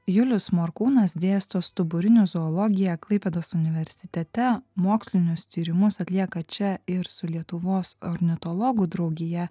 julius morkūnas dėsto stuburinių zoologiją klaipėdos universitete mokslinius tyrimus atlieka čia ir su lietuvos ornitologų draugija